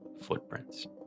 footprints